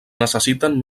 necessiten